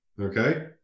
Okay